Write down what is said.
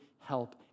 help